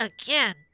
again